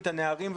את הנערים,